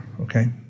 okay